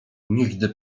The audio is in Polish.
nigdy